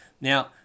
Now